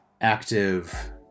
active